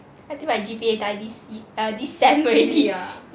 I think my G_P_A die this C~ err this sem already lah